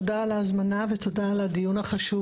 תודה על ההזמנה ותודה על הדיון החשוב